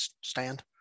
stand